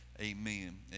amen